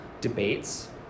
debates